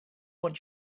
what